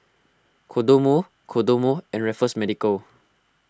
Kodomo Kodomo and Raffles Medical